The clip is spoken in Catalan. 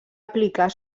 aplicar